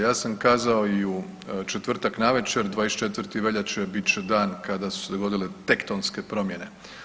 Ja sam kazao i u četvrtak navečer, 24. veljače bit će dan kada su se dogodile tektonske promjene.